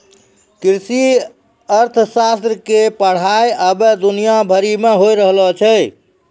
कृषि अर्थशास्त्र के पढ़ाई अबै दुनिया भरि मे होय रहलो छै